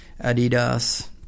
Adidas